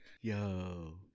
Yo